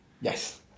Yes